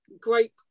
great